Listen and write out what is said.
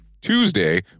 Tuesday